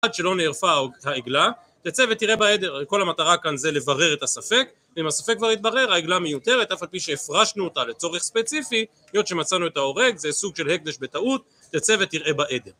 עד שלא נערפה העגלה, תצא ותראה בעדר, הרי כל המטרה כאן זה לברר את הספק אם הספק כבר התברר, העגלה מיותרת, אף על פי שהפרשנו אותה לצורך ספציפי להיות שמצאנו את ההורג, זה סוג של הקדש בטעות, תצא ותראה בעדר